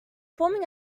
forming